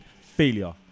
failure